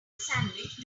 sandwich